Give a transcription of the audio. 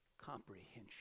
Comprehension